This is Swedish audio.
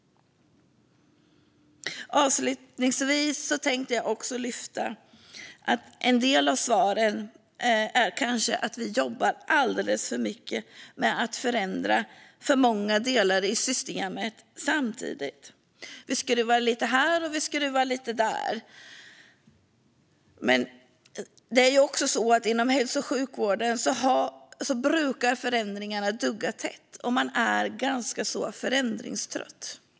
Avslutningsvis tror jag att en del av svaren kan ha att göra med att vi jobbar med att förändra alldeles för många delar i systemet samtidigt. Vi skruvar lite här och lite där. Men inom hälso och sjukvården brukar förändringarna dugga tätt, och man är ganska förändringstrött.